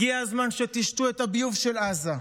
הגיע הזמן שתשתו את הביוב של עזה.